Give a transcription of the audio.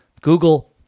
google